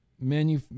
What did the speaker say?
menu